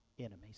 enemies